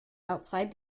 outside